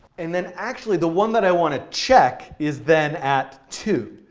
and then actually the one that i want to check is, then, at two.